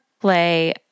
play